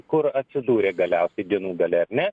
kur atsidūrė galiausiai dienų gale ar ne